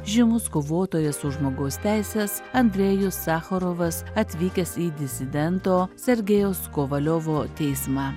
žymus kovotojas už žmogaus teises andrejus sachorovas atvykęs į disidento sergejaus kovaliovo teismą